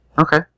Okay